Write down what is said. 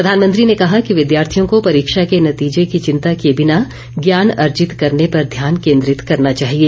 प्रधानमंत्री ने कहा कि विद्यार्थियों को परीक्षा के नतीजे की चिंता किये बिना ज्ञान अर्जित करने पर ध्यान केन्द्रित करना चाहिए